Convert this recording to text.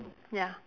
ya